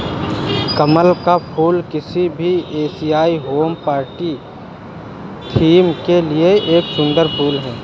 कमल का फूल किसी भी एशियाई होम पार्टी थीम के लिए एक सुंदर फुल है